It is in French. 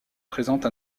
présente